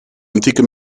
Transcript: antieke